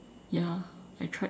ya I tried